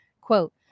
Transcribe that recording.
quote